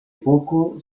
poco